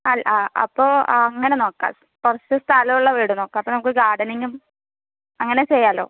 അൽ ആ അപ്പോൾ അങ്ങനെ നോക്കാം കുറച്ച് സ്ഥലമുള്ള വീട് നോക്കാം അപ്പോൾ നമുക്ക് ഗാർഡനിങ്ങും അങ്ങനെ ചെയ്യാലോ